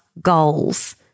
goals